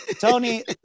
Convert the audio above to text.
Tony